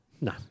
No